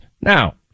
Now